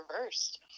reversed